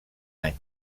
any